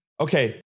Okay